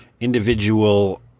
individual